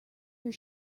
your